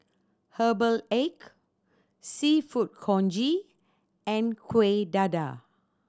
herbal egg Seafood Congee and Kueh Dadar